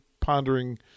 pondering –